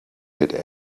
had